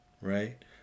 right